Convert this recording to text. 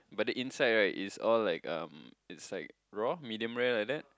but the inside right is all like um it's like raw medium rare like that